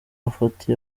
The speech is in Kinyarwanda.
mafoto